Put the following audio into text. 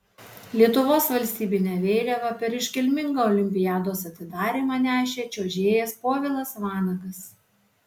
lietuvos valstybinę vėliavą per iškilmingą olimpiados atidarymą nešė čiuožėjas povilas vanagas